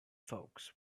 folks